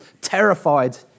terrified